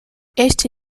este